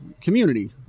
community